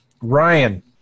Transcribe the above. Ryan